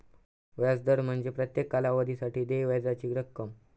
व्याज दर म्हणजे प्रत्येक कालावधीसाठी देय व्याजाची रक्कम